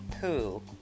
poo